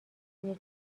توی